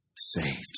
Saved